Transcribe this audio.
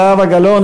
זהבה גלאון,